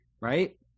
right